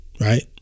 Right